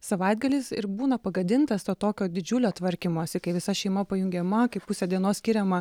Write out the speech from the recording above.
savaitgalis ir būna pagadintas to tokio didžiulio tvarkymosi kai visa šeima pajungiama kai pusė dienos skiriama